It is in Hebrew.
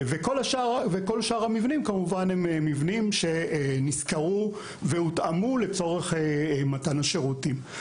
וכל שאר המבנים כמובן הם מבנים שנשכרו והותאמו לצורך מתן השירותים.